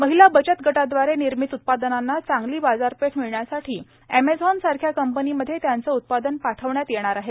महिला बचत गटाव्दारे निर्मित उत्पादनांना चांगली बाजारपेठ मिळण्यासाठी अॅमेझॉन सारख्या कंपनीमध्ये त्यांचे उत्पादन पाठविण्यात येणार आहे